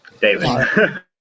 David